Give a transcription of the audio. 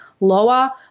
lower